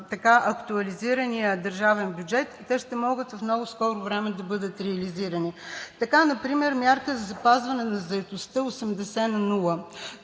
актуализирания държавен бюджет, ще могат в много скоро време да бъдат реализирани. Така например мярка за запазване на заетостта 80/0,